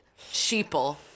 sheeple